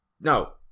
No